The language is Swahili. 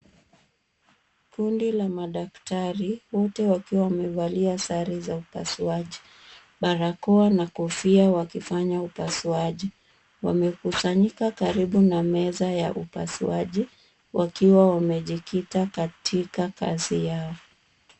Kundi la madaktari, wote wakiwa wamevalia sare za upasuaji, barakoa na kofia wakifanya upasuaji. Wamekusanyika karibu na meza ya upasuaji, wakiwa wamejikita katika kazi yao.